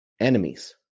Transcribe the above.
enemies